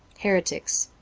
heretics.